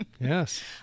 Yes